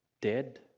Dead